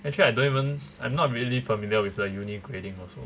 actually I don't even I'm not really familiar with the uni grading also